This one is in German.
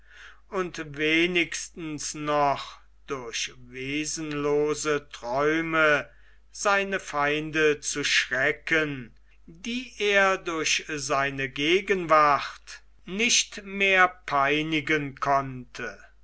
und wenigstens noch durch wesenlose träume seine feinde zu schrecken die er durch seine gegenwart nicht mehr peinigen konnte